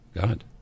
God